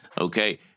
Okay